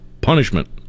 punishment